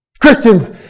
Christians